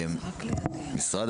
משרד